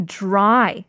dry